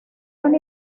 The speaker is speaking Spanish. una